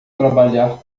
trabalhar